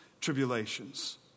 tribulations